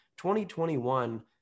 2021